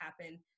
happen